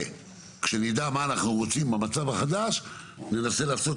כשנדע מה אנחנו רוצים מהמצב החדש ננסה לעשות